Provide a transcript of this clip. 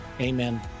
amen